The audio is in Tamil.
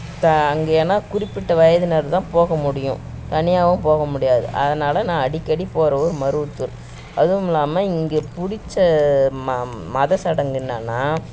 த அங்கே ஏன்னால் குறிப்பிட்ட வயதினர் தான் போகமுடியும் தனியாகவும் போகமுடியாது அதனால் நான் அடிக்கடி போகிற ஊர் மருவத்தூர் அதுவும் இல்லாமல் இங்கேப் பிடிச்ச ம மதச் சடங்கு என்னான்னால்